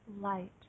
light